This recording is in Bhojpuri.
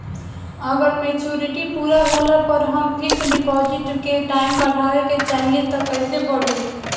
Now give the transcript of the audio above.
अगर मेचूरिटि पूरा होला पर हम फिक्स डिपॉज़िट के टाइम बढ़ावे के चाहिए त कैसे बढ़ी?